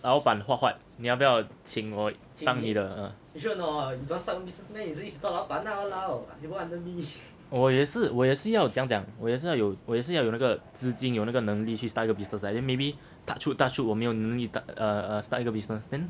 老板 huat huat 你要不要请我当你的我也是我也是要怎样讲我也是要有我也是要有那个资金有那个能力去 start 一个 business ah then maybe touch wood touch wood 我没有能力去 err start 一个 business then